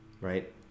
right